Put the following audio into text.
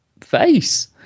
face